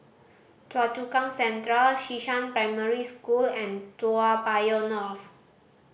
Choa Chu Kang Central Xishan Primary School and Toa Payoh North